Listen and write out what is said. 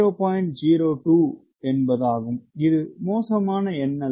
02 இது மோசமானதல்ல